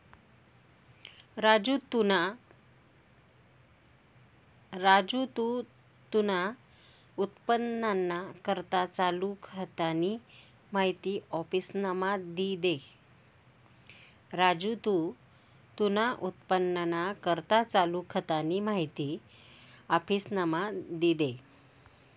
राजू तू तुना उत्पन्नना करता चालू खातानी माहिती आफिसमा दी दे